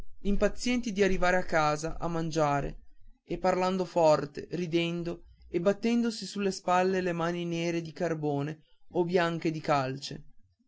impazienti di arrivar a casa a mangiare e parlano forte ridendo e battendosi sulle spalle le mani nere di carbone o bianche di calce